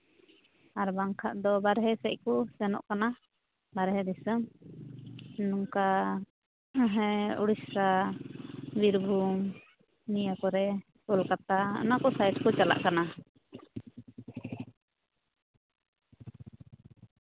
ᱟᱨ ᱵᱟᱝᱠᱷᱟᱱ ᱫᱚ ᱵᱟᱨᱦᱮ ᱥᱮᱫ ᱠᱚ ᱥᱮᱱᱚᱜ ᱠᱟᱱᱟ ᱵᱟᱨᱦᱮ ᱫᱤᱥᱳᱢ ᱱᱚᱝᱠᱟ ᱦᱮᱸ ᱳᱲᱤᱥᱥᱟ ᱵᱤᱨᱵᱷᱩᱢ ᱱᱤᱭᱟᱹ ᱠᱚᱨᱮ ᱠᱳᱞᱠᱟᱛᱟ ᱚᱱᱟ ᱠᱚ ᱥᱟᱭᱤᱰ ᱠᱚ ᱪᱟᱞᱟᱜ ᱠᱟᱱᱟ